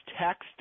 text